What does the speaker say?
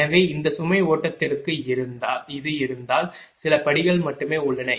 எனவே இந்த சுமை ஓட்டத்திற்கு இது இருந்தால் சில படிகள் மட்டுமே உள்ளன